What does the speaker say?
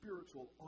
Spiritual